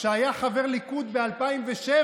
כשהיה חבר ליכוד ב-2007,